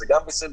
זה גם בסדר,